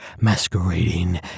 masquerading